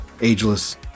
ageless